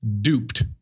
Duped